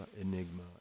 Enigma